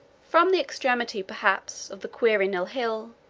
from the extremity, perhaps, of the quirinal hill,